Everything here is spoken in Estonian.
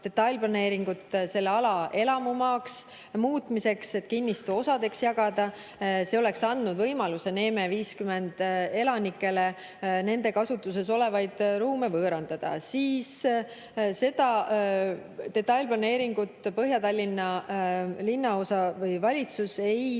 detailplaneeringut selle ala elamumaaks muutmiseks, et kinnistu osadeks jagada – see oleks andnud võimaluse Neeme 50 elanikele nende kasutuses olevaid ruume võõrandada –, siis seda detailplaneeringut Põhja‑Tallinna Valitsus ei